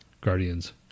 Guardians